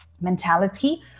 mentality